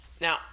Now